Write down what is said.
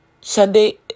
Sunday